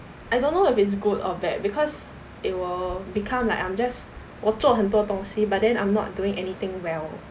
I don't know if it's good or bad because it will become like I'm just 我做很多东西 but then I'm not doing anything well